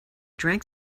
drank